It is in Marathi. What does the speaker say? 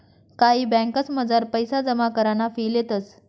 कायी ब्यांकसमझार पैसा जमा कराना फी लेतंस